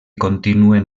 continuen